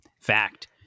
fact